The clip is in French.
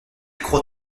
croit